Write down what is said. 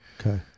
Okay